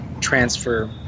transfer